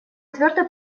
твердо